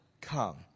come